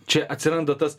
čia atsiranda tas